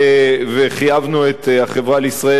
וחייבנו את "החברה לישראל" להוציא,